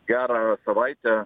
gerą savaitę